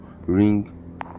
ring